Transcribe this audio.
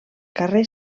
carrer